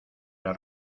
las